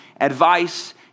advice